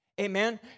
Amen